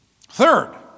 Third